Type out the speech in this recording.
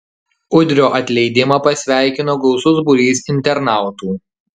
udrio atleidimą pasveikino gausus būrys internautų